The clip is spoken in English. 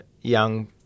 young